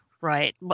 right